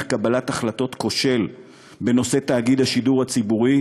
קבלת החלטות כושל בנושא תאגיד השידור הציבורי,